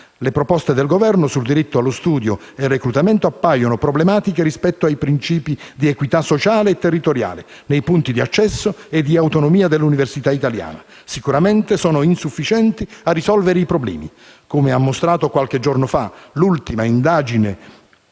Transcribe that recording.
Le proposte del Governo su diritto allo studio e reclutamento appaiono problematiche rispetto ai principi di equità sociale e territoriale nei punti di accesso e di autonomia dell'università italiana. Sicuramente sono insufficienti a risolvere i problemi. Come ha mostrato qualche giorno fa l'ultima indagine